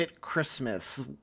christmas